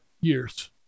years